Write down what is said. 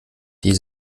die